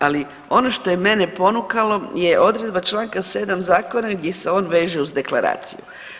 Ali ono što je mene ponukalo je odredba članka 7. zakona gdje se on veže uz deklaraciju.